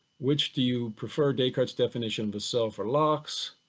which do you prefer, dacartes definition of the self or locke's?